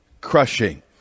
crushing